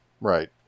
Right